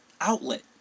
outlet